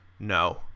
No